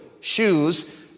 shoes